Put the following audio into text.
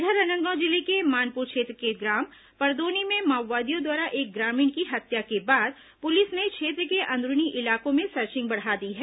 इधर राजनांदगांव जिले के मानपुर क्षेत्र के ग्राम परदोनी में माओवादियों द्वारा एक ग्रामीण की हत्या के बाद पुलिस ने क्षेत्र के अंदरूनी इलाकों में सर्चिंग बढ़ा दी है